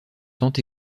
tant